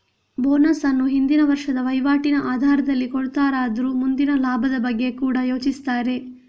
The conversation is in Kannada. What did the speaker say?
ಬೋನಸ್ ಅನ್ನು ಹಿಂದಿನ ವರ್ಷದ ವೈವಾಟಿನ ಆಧಾರದಲ್ಲಿ ಕೊಡ್ತಾರಾದ್ರೂ ಮುಂದಿನ ಲಾಭದ ಬಗ್ಗೆ ಕೂಡಾ ಯೋಚಿಸ್ತಾರೆ